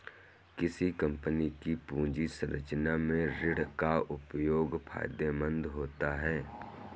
किसी कंपनी की पूंजी संरचना में ऋण का उपयोग फायदेमंद होता है